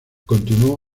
continuo